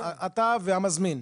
אתה והמזמין,